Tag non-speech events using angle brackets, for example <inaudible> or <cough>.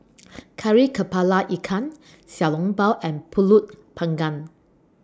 <noise> Kari Kepala Ikan Xiao Long Bao and Pulut Panggang